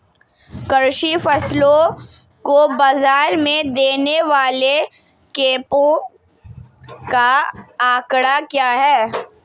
कृषि फसलों को बाज़ार में देने वाले कैंपों का आंकड़ा क्या है?